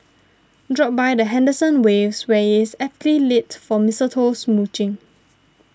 drop by the Henderson Waves where is aptly lit for mistletoe smooching